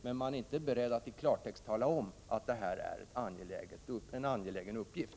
Men man är inte beredd att i klartext tala om att det här är en angelägen uppgift.